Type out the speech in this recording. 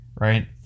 right